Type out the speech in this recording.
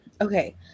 Okay